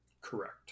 Correct